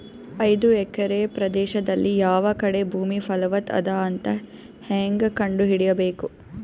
ಐದು ಎಕರೆ ಪ್ರದೇಶದಲ್ಲಿ ಯಾವ ಕಡೆ ಭೂಮಿ ಫಲವತ ಅದ ಅಂತ ಹೇಂಗ ಕಂಡ ಹಿಡಿಯಬೇಕು?